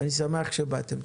ואני שמח שבאתם.